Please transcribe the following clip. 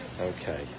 okay